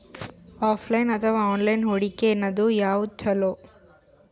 Offline ಅಥವಾ online ಹೂಡಿಕೆ ನಡು ಯವಾದ ಛೊಲೊ?